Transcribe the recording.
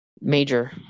major